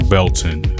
Belton